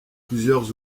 plusieurs